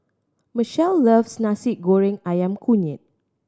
Michele loves Nasi Goreng Ayam Kunyit